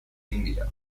india